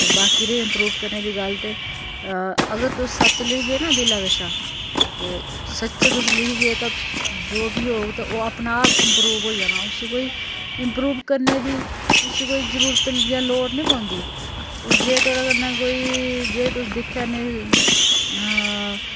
ते बाकी रेही इंपरूव करने दी गल्ल ते अगर तुस सच्च लिखगे नां दिलै कशा ते सच्चे तुस लिखगे तां जो बी होग तां ओह् अपने आप इंपरूव होई जाना इंपरूव करने दी उसी कोई जरूरत जां लोड़ नी पौंदी तुस जे थुआढ़े कन्नै कोई जे तुस दिक्खा ने